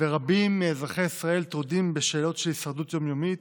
ורבים מאזרחי ישראל טרודים בשאלות של הישרדות יום-יומית,